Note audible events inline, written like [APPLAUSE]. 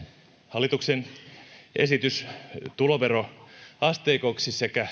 hallituksen esitys tuloveroasteikoksi sekä [UNINTELLIGIBLE]